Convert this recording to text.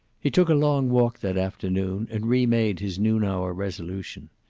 he took a long walk that afternoon, and re-made his noon-hour resolution.